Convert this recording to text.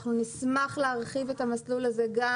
אנחנו נשמח להרחיב את המסלול הזה גם